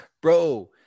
Bro